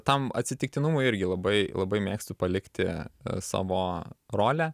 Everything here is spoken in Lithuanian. tam atsitiktinumui irgi labai labai mėgstu palikti savo rolę